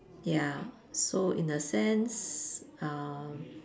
ya so in a sense um